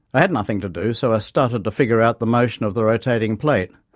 i had nothing to do so i started to figure out the motion of the rotating plate.